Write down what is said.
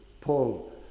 Paul